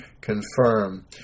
confirm